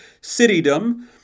citydom